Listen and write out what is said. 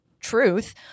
truth